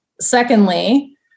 Secondly